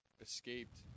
Escaped